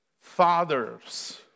Fathers